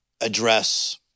address